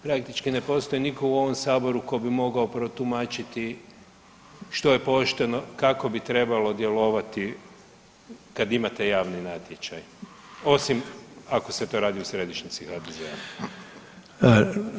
Praktički ne postoji nitko u ovom Saboru tko bi mogao protumačiti što je pošteno, kako bi trebalo djelovati kad imate javni natječaj, osim ako se to radi u središnjici HDZ-a.